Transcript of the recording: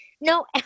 no